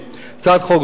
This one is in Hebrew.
הצעת חוק זו,